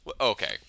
Okay